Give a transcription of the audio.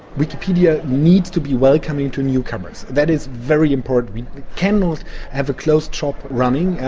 wikipedia needs to be welcoming to newcomers. that is very important. we cannot have a closed shop running.